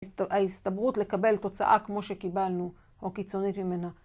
ההסתברות לקבל תוצאה כמו שקיבלנו, או קיצונית ממנה.